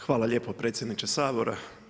Hvala lijepa predsjedniče Sabora.